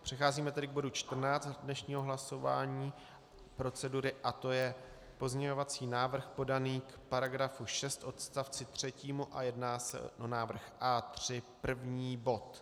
Přicházíme tedy k bodu 14 dnešního hlasování procedury a to je pozměňovací návrh podaný k § 6 odst. 3 a jedná se o návrh A3 první bod.